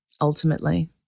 ultimately